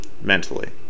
mentally